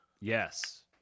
Yes